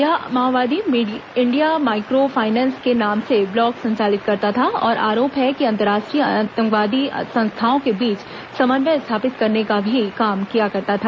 यह माओवादी India micro finance के नाम से ब्लॉग संचालित करता था और आरोप है कि अंतराष्ट्रीय आतंकवादी संस्थाओं के बीच संमन्वय स्थापित करने का भी काम किया करता था